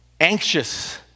anxious